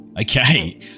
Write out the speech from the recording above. Okay